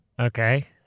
Okay